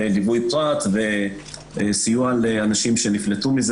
בליווי פרט וסיוע לאנשים שנפלטו,